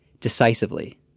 decisively